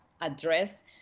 address